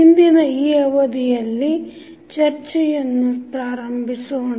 ಇಂದಿನ ಈ ಅವಧಿಯಲ್ಲಿ ಚರ್ಚೆಯನ್ನು ಪ್ರಾರಂಭಿಸೋಣ